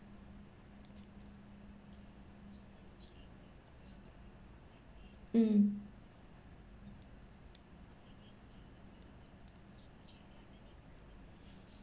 mm